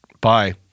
Bye